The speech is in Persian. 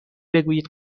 بگویید